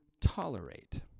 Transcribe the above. tolerate